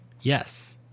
Yes